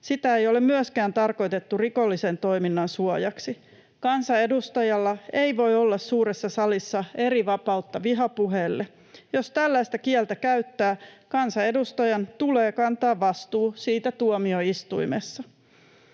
Sitä ei ole tarkoitettu myöskään rikollisen toiminnan suojaksi. Kansanedustajalla ei voi olla suuressa salissa erivapautta vihapuheelle. Jos tällaista kieltä käyttää, kansanedustajan tulee kantaa vastuu siitä tuomioistuimessa.